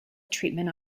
treatment